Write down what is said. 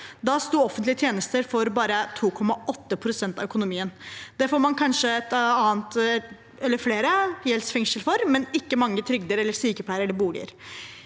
Da sto offentlige tjenester for bare 2,8 pst. av økonomien. Det får man kanskje flere gjeldsfengsel for, men ikke mange trygder, sykepleiere eller boliger